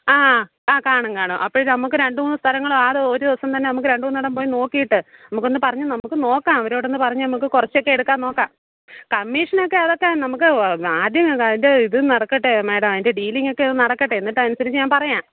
ആ ആ ആ കാണും കാണും അപ്പോൾ നമുക്ക് രണ്ട് മൂന്ന് സ്ഥലങ്ങൾ ആ ഒര് ദിവസം തന്നെ നമുക്ക് രണ്ട് മൂന്ന് ഇടം പോയി നോക്കിയിട്ട് നമുക്ക് ഒന്ന് പറഞ്ഞ് നമുക്ക് നോക്കാം അവരോടൊന്നു പറഞ്ഞ് നമുക്ക് കുറച്ചൊക്കെ എടുക്കാൻ നോക്കാം കമ്മീഷനൊക്കെ അതൊക്കെ നമുക്ക് ആദ്യം അതിന്റെ ഇത് നടക്കട്ടെ മേടം അതിന്റെ ഡീലിങ്ങ് ഒക്കെ ഒന്ന് നടക്കട്ടെ എന്നിട്ട് അതനുസരിച്ച് ഞാന് പറയാം